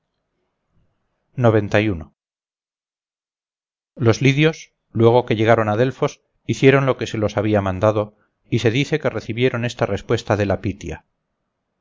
ser desagradecidos los lidios luego que llegaron a delfos hicieron lo que se los había mandado y se dice que recibieron esta respuesta de la pitia